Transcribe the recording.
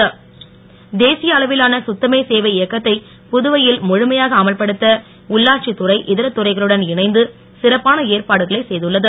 உள்ளாட்சி தேசிய அளவிலான சுத்தமே சேவை இயக்கத்தை புதுவையில் முழுமையாக அமல்படுத்த உள்ளாட்சித் துறை இதர துறைகளுடன் இணைந்து சிறப்பான ஏற்பாடுகளை செய்துள்ளது